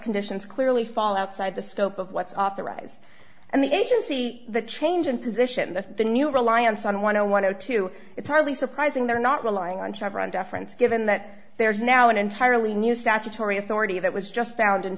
conditions clearly fall outside the scope of what's authorize and the agency the change in position the the new reliance on one on one or two it's hardly surprising they're not relying on chevron deference given that there is now an entirely new statutory authority that was just found